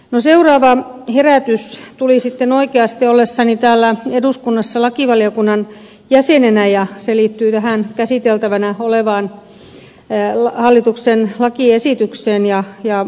no seuraava herätys tuli sitten oikeasti ollessani täällä eduskunnassa lakivaliokunnan jäsenenä ja se liittyi tähän käsiteltävänä olevaan hallituksen lakiesitykseen ja ed